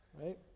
Right